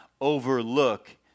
overlook